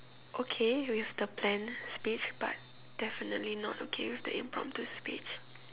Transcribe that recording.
okay with the planned speech but definitely not okay with the impromptu speech